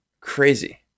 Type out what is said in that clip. Crazy